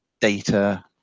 data